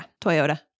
Toyota